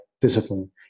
discipline